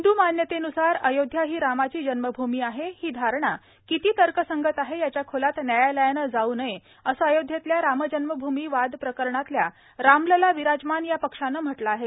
हिंदुमान्यतेन्सार अयोध्या ही रामाची जन्मभूमी आहे ही धारणा किती तर्कसंगत आहे याच्या खोलात न्यायालयानं जाऊ नये असं अयोध्येतल्या रामजन्मभूमी वाद प्रकरणातल्या रामलला विराजमान या पक्षानं म्हटलं आहे